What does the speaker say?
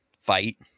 fight